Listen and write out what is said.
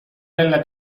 della